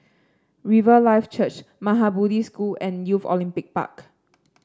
Riverlife Church Maha Bodhi School and Youth Olympic Park